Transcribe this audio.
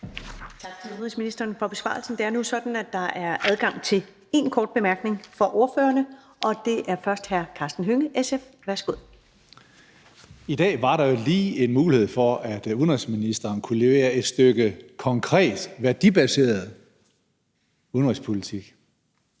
Tak til udenrigsministeren for besvarelsen. Det er nu sådan, at der er adgang til én kort bemærkning for ordførerne, og det er først hr. Karsten Hønge, SF. Værsgo. Kl. 14:55 Karsten Hønge (SF): I dag var der jo lige en mulighed for, at udenrigsministeren kunne levere et stykke konkret værdibaseret udenrigspolitik.